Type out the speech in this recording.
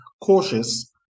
cautious